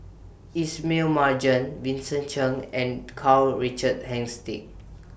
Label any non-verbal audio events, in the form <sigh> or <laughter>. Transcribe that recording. Ismail Marjan Vincent Cheng and Karl Richard <unintelligible>